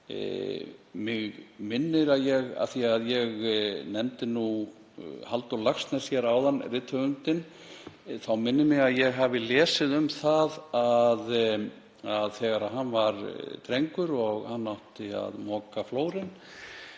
verið leti. Af því að ég nefndi nú Halldór Laxness hér áðan, rithöfundinn, þá minnir mig að ég hafi lesið um það að þegar hann var drengur og átti að moka flórinn